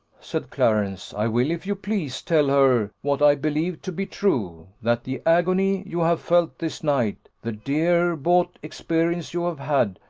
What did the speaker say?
said clarence, i will, if you please, tell her what i believe to be true, that the agony you have felt this night, the dear-bought experience you have had,